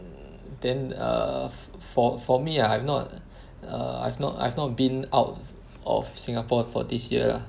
mm then err for for me ah I I'm not err I've not I've not been out of Singapore for this year lah